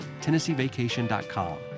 TennesseeVacation.com